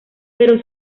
pero